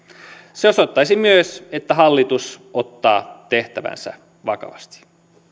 se osoittaisi myös että hallitus ottaa tehtävänsä vakavasti